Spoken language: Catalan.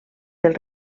del